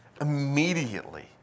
Immediately